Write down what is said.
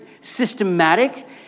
systematic